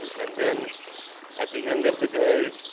and and then at the end of the day,